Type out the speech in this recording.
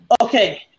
Okay